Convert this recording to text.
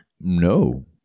No